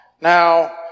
Now